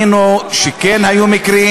וראינו שכן היו מקרים